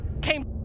came